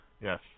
Yes